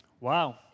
Wow